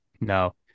No